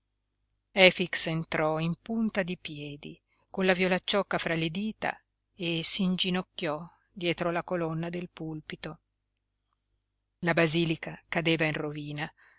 chiesa efix entrò in punta di piedi con la violacciocca fra le dita e s'inginocchiò dietro la colonna del pulpito la basilica cadeva in rovina